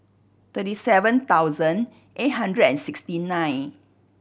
thirty seven thousand eight hundred and sixty nine